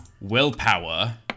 Willpower